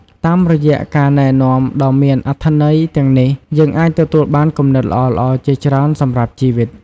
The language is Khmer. តាមរយៈការណែនាំដ៏មានអត្ថន័យទាំងនេះ យើងអាចទទួលបានគំនិតល្អៗជាច្រើនសម្រាប់ជីវិត។